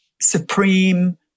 supreme